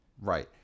Right